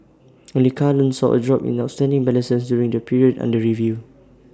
only car loans saw A drop in outstanding balances during the period under review